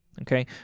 okay